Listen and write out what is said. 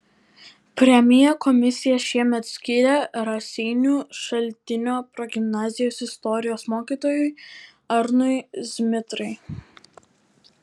premiją komisija šiemet skyrė raseinių šaltinio progimnazijos istorijos mokytojui arnui zmitrai